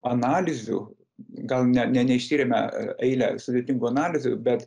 analizių gal ne ne neištyrėme eilę sudėtingų analizių bet